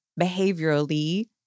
behaviorally